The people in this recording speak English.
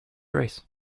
race